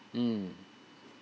mm